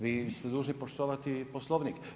Vi ste dužni poštovati Poslovnik.